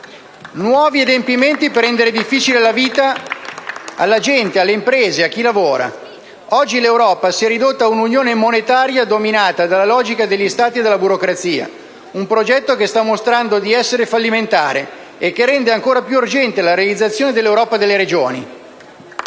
Nuovi adempimenti per rendere la vita difficile alla gente, alle imprese, a chi lavora. Oggi l'Europa si è ridotta a un'unione monetaria dominata dalla logica degli Stati e dalla burocrazia; un progetto che sta mostrando di essere fallimentare e che rende ancora più urgente la realizzazione dell'Europa delle Regioni.